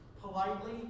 politely